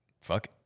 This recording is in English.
fuck